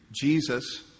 Jesus